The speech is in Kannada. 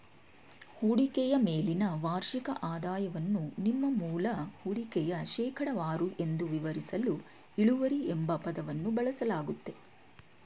ಹೂಡಿಕೆಯ ಮೇಲಿನ ವಾರ್ಷಿಕ ಆದಾಯವನ್ನು ನಿಮ್ಮ ಮೂಲ ಹೂಡಿಕೆಯ ಶೇಕಡವಾರು ಎಂದು ವಿವರಿಸಲು ಇಳುವರಿ ಎಂಬ ಪದವನ್ನು ಬಳಸಲಾಗುತ್ತೆ